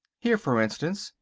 here, for instance,